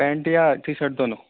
pant یا T shirt دونوں